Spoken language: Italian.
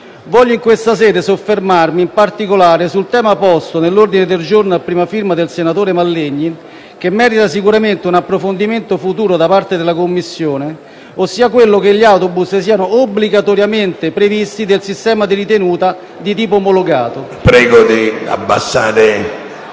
Voglio in questa sede soffermarmi in particolare sul tema posto nell'ordine del giorno a prima firma del senatore Mallegni, che merita sicuramente un approfondimento futuro da parte della Commissione, ossia quello che gli autobus siano obbligatoriamente provvisti del sistema di ritenuta di tipo omologato. *(Brusio)*.